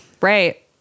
Right